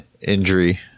injury